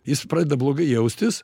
jis pradeda blogai jaustis